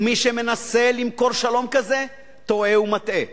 ומי שמנסה למכור שלום כזה טועה ומטעה,